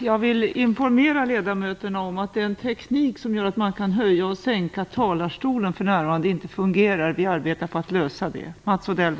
Jag vill informera ledamöterna om att den teknik som gör att man kan höja och sänka talarstolen för närvarande inte fungerar. Vi arbetar på en lösning.